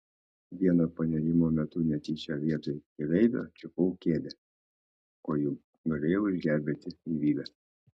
vieno panėrimo metu netyčia vietoj keleivio čiupau kėdę o juk galėjau išgelbėti gyvybę